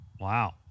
Wow